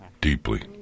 deeply